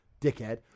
dickhead